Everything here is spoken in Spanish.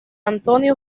antonio